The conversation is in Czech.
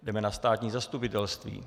Jdeme na státní zastupitelství.